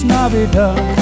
Navidad